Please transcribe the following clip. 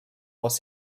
was